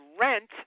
rent